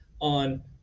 on